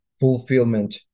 fulfillment